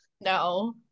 no